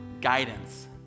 guidance